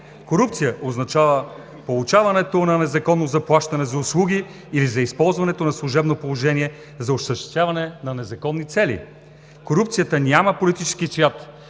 Корупция означава получаването на незаконно заплащане за услуги или за използването на служебно положение за осъществяване на незаконни цели. Корупцията няма политически цвят,